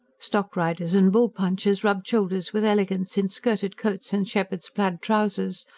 stock-riders and bull-punchers rubbed shoulders with elegants in skirted coats and shepherd's plaid trousers,